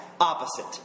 opposite